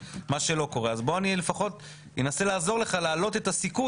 לפחות אני אנסה לעזור לך להעלות את הסיכוי